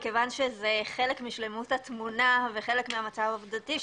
מכיוון שזה חלק משלמות התמונה וחלק מהמצב העובדתי,